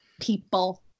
people